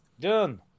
Done